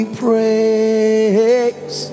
praise